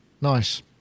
Nice